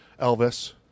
Elvis